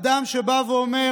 אדם שבא ואומר: